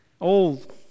old